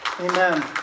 Amen